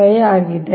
5 ಆಗಿದೆ